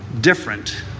different